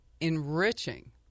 enriching